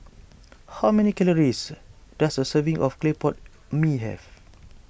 how many calories does a serving of Clay Pot Mee have